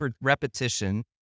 repetition